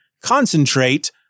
concentrate